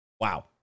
Wow